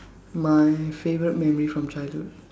my favorite memory from childhood